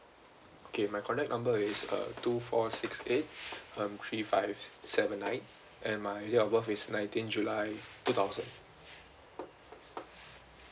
okay my contact number is uh two four six eight um three five seven nine and my date of birth is nineteen july two thousand